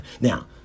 Now